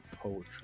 poetry